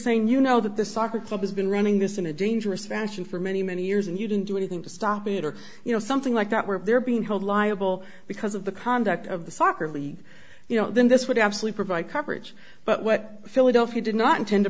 saying you know that the soccer club has been running this in a dangerous fashion for many many years and you didn't do anything to stop it or you know something like that where they're being held liable because of the conduct of the soccer league you know then this would absolute provide coverage but what philadelphia did not intend to